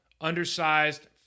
undersized